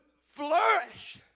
flourish